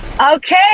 Okay